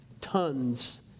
tons